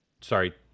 Sorry